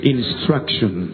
Instruction